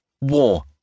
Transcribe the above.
war